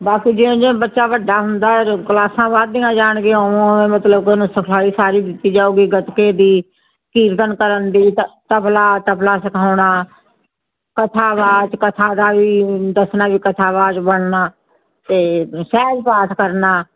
ਬਸ ਜਿਵੇਂ ਜਿਵੇਂ ਬੱਚਾ ਵੱਡਾ ਹੁੰਦਾ ਉਦੋਂ ਕਲਾਸਾਂ ਵੱਧਦੀਆਂ ਜਾਣਗੀਆਂ ਉਵੇਂ ਉਵੇਂ ਮਤਲਬ ਕਿ ਇਹਨੂੰ ਸਿਖਲਾਈ ਸਾਰੀ ਦਿੱਤੀ ਜਾਵੇਗੀ ਗੱਤਕੇ ਦੀ ਕੀਰਤਨ ਕਰਨ ਦੀ ਤਬ ਤਬਲਾ ਤਬਲਾ ਸਿਖਾਉਣਾ ਕਥਾ ਵਾਚ ਕਥਾ ਦਾ ਵੀ ਦੱਸਣਾ ਵੀ ਕਥਾਵਾਚਕ ਬਣਨਾ ਅਤੇ ਸਹਿਜ ਪਾਠ ਕਰਨਾ